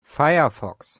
firefox